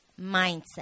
mindset